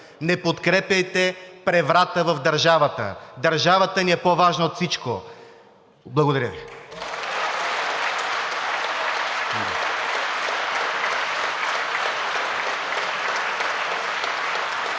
Не подкрепяйте преврата в държавата! Държавата ни е по важна от всичко. Благодаря Ви.